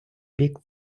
бік